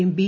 യും ബി